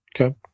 Okay